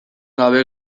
gabe